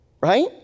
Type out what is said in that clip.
Right